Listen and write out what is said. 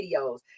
videos